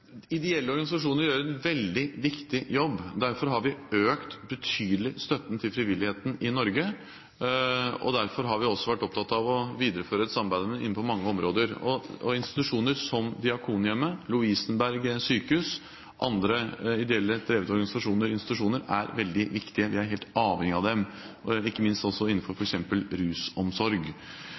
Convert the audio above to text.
Ideelle organisasjoner gjør en veldig viktig jobb. Derfor har vi økt – betydelig – støtten til frivilligheten i Norge, og derfor har vi også vært opptatt av å videreføre et samarbeid på mange områder. Institusjoner som Diakonhjemmet, Lovisenberg sykehus og andre ideelt drevne organisasjoner/institusjoner er veldig viktig. Vi er helt avhengige av dem, ikke minst innenfor f.eks. rusomsorg.